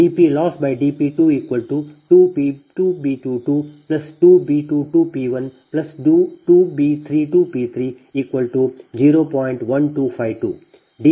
3196 ಸರಿ